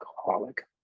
alcoholic